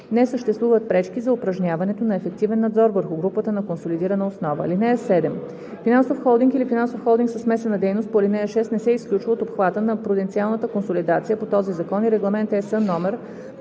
не съществуват пречки за упражняването на ефективен надзор върху групата на консолидирана основа. (7) Финансов холдинг или финансов холдинг със смесена дейност по ал. 6 не се изключва от обхвата на пруденциалната консолидация по този закон и Регламент (ЕС) №